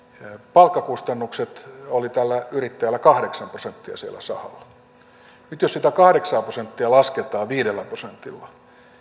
palkkakustannukset siellä sahalla olivat tällä yrittäjällä kahdeksan prosenttia nyt jos sitä kahdeksaa prosenttia lasketaan viidellä prosentilla